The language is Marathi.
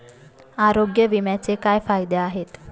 आरोग्य विम्याचे काय फायदे आहेत?